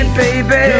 baby